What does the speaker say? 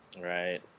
Right